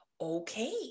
okay